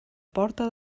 porta